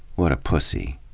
what a pussy.